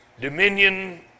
dominion